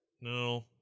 No